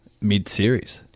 mid-series